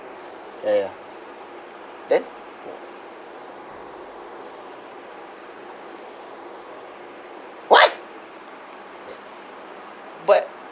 ya ya then what but